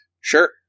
Sure